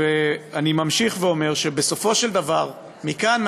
אני ממשיך ואומר שבסופו של דבר מכאן,